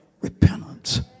repentance